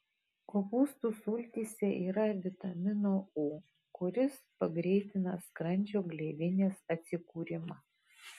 kopūstų sultyse yra vitamino u kuris pagreitina skrandžio gleivinės atsikūrimą